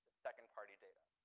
second-party data.